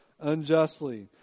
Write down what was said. unjustly